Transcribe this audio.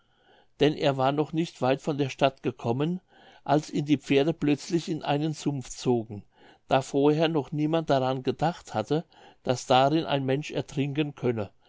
denn er war noch nicht weit von der stadt gekommen als ihn die pferde plötzlich in einen sumpf zogen da vorher noch niemand daran gedacht hatte daß darin ein mensch ertrinken könne